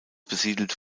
besiedelt